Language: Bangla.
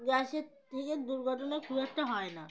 গ্যাসের থেকে দুর্ঘটনা খুব একটা হয় না